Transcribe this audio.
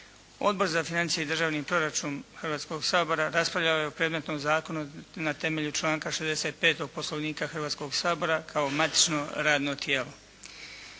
Odbor za financije i državni proračun Hrvatskoga sabora raspravljao je o predmetnom zakonu na temelju članka 65. Poslovnika Hrvatskoga sabora kao matično radno tijelo.